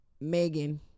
Megan